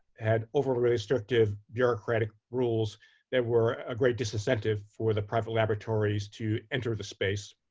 had overly restrictive bureaucratic rules that were a great disincentive for the private laboratories to enter the space.